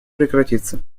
прекратиться